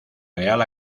real